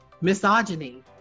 misogyny